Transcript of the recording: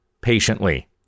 patiently